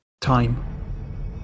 Time